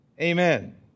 Amen